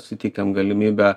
suteikiame galimybę